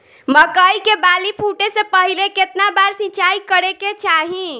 मकई के बाली फूटे से पहिले केतना बार सिंचाई करे के चाही?